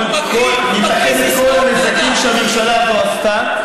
נתקן את כל הנזקים שהממשלה הזאת עשתה.